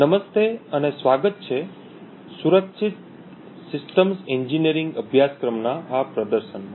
નમસ્તે અને સ્વાગત છે સુરક્ષિત સિસ્ટમ્સ એન્જિનિયરિંગ અભ્યાસક્રમના આ પ્રદર્શનમાં